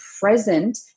present